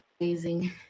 Amazing